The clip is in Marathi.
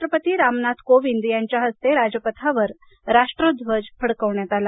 राष्ट्रपती रामनाथ कोविन्द यांच्या हस्ते राजपथावर राष्ट्रध्वज फडकवण्यात आला